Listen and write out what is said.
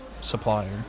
supplier